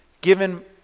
given